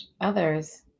others